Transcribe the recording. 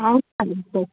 సరే అయితే